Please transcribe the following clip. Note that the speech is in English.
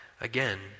again